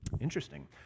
Interesting